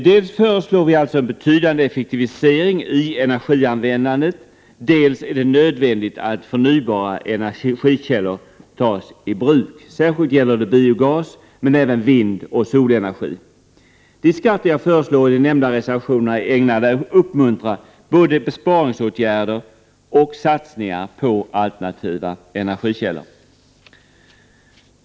Dels föreslår vi en betydande effektivisering i energianvändandet, dels är det nödvändigt att förnybara energikällor tas i bruk. Särskilt gäller det biogas, men även vindoch solenergi. De skatter jag föreslår i de nämnda reservationerna är ägnade att uppmuntra både besparingsåtgärder och satsningar på alternativa energikällor.